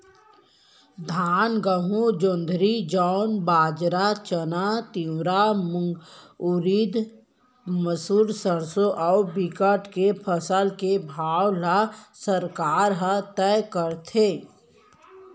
धान, गहूँ, जोंधरी, जौ, बाजरा, चना, तिंवरा, मूंग, उरिद, मसूर, सरसो अउ बिकट के फसल के भाव ल सरकार ह तय करथे